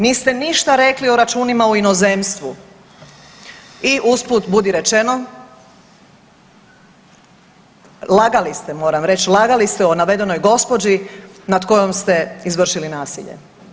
Niste nište rekli o računima u inozemstvu, i usput budi rečeno lagali ste moram reći, lagali ste o navedenoj gospođi nad kojom ste izvršili nasilje.